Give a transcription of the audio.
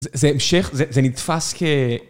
זה המשך, זה נתפס כ...